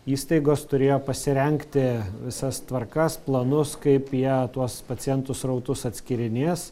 įstaigos turėjo pasirengti visas tvarkas planus kaip jie tuos pacientų srautus atskyrinės